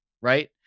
right